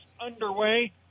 underway